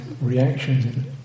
reactions